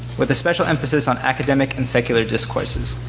with a special emphasis on academic and secular discourses.